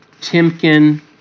Timken